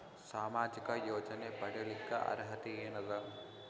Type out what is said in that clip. ಸಾಮಾಜಿಕ ಯೋಜನೆ ಪಡಿಲಿಕ್ಕ ಅರ್ಹತಿ ಎನದ?